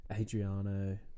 Adriano